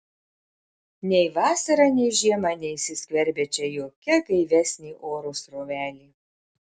nei vasarą nei žiemą neįsiskverbia čia jokia gaivesnė oro srovelė